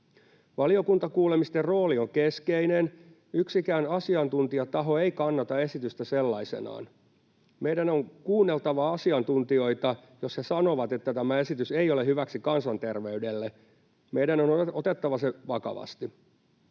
Valiokuntakuulemisten rooli on keskeinen. Yksikään asiantuntijataho ei kannata esitystä sellaisenaan. Meidän on kuunneltava asiantuntijoita. Jos he sanovat, että tämä esitys ei ole hyväksi kansanterveydelle, meidän on otettava se vakavasti.